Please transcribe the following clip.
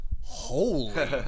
holy